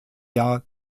jahr